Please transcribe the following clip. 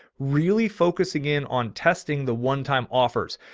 really focusing in on testing the onetime offers.